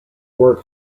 work